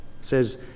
Says